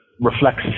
reflects